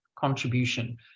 contribution